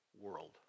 world